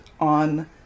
on